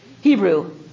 Hebrew